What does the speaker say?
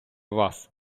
вас